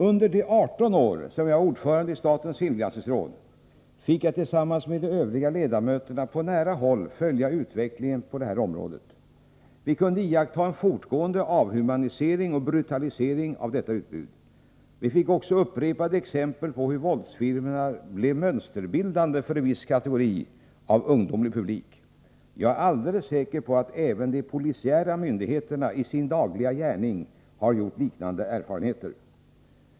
Under de 18 år som jag var ordförande i statens filmgranskningsråd fick jag tillsammans med de övriga ledamöterna på nära håll följa utvecklingen på detta område. Vi kunde iaktta en fortgående avhumanisering och brutalisering av utbudet. Vi fick också upprepade exempel på att våldsfilmerna blev mönsterbildande för en viss kategori av ungdomlig publik. Jag är alldels säker på att även de polisiära myndigheternas personal i sin dagliga gärning har gjort liknande erfarenheter.